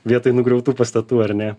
vietoj nugriautų pastatų ar ne